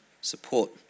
support